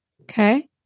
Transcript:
Okay